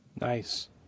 Nice